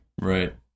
Right